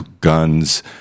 guns